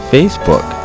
Facebook